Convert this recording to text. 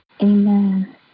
Amen